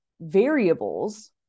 variables